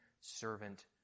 servant